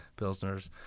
Pilsners